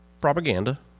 propaganda